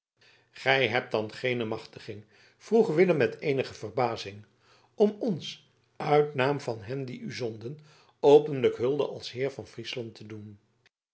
gij hebt dan geene machtiging vroeg willem met eenige verbazing om ons uit naam van hen die u zonden openlijke hulde als heer van friesland te doen